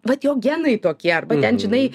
vat jo genai tokie arba ten žinai